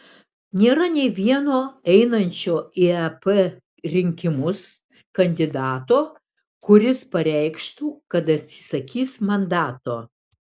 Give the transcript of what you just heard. nėra nei vieno einančio į ep rinkimus kandidato kuris pareikštų kad atsisakys mandato